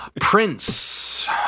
Prince